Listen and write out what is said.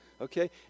Okay